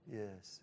yes